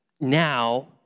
now